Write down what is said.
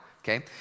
okay